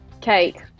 Cake